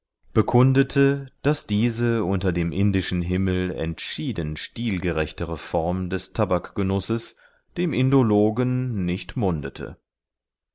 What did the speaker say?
bekundete daß diese unter dem indischen himmel entschieden stilgerechtere form des tabakgenusses dem indologen nicht mundete